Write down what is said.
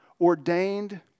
ordained